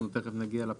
אנחנו תכף נגיע אליה.